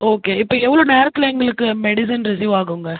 okay இப்போ எவ்வளோ நேரத்தில் எங்களுக்கு மெடிசன் ரிஸீவ் ஆகுங்க